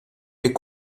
est